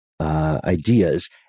ideas